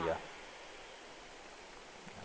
ya